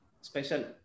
Special